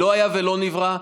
לא היה ולא נברא.